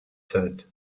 said